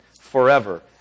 forever